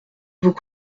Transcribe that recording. vos